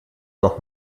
noch